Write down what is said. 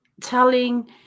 telling